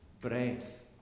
breath